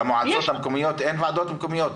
במועצות המקומיות אין ועדות מקומיות.